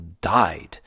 died